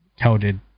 touted